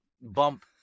bump